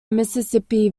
mississippi